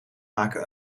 maken